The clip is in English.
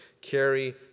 carry